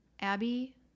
Abby